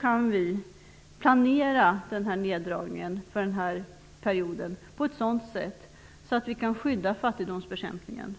kan vi planera denna neddragning för den här perioden på ett sådant sätt att vi kan skydda fattigdomsbekämpningen.